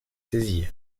saisir